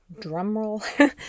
drumroll